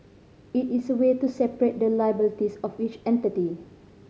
it is a way to separate the liabilities of each entity